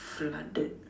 flooded